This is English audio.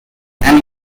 and